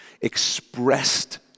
Expressed